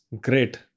Great